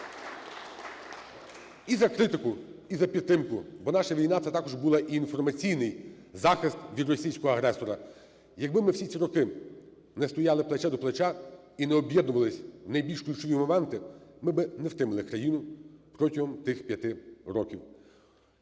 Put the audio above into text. і за критику, і за підтримку. Бо наша війна - це також був і інформаційний захист від російського агресора. Якби ми всі ці роки не стояли плече до плеча і не об'єднувались в найбільш ключові моменти, ми би не втримали країни протягом тих 5 років.